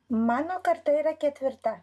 mano karta yra ketvirta